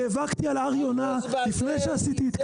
נאבקתי על הר יונה לפני שעשיתי את כסיף.